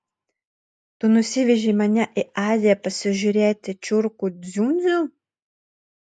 tu nusivežei mane į aziją pasižiūrėti čiurkų dziundzių